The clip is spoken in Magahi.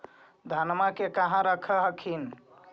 धनमा के कहा रख हखिन?